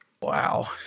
Wow